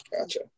Gotcha